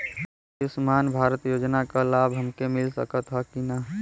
आयुष्मान भारत योजना क लाभ हमके मिल सकत ह कि ना?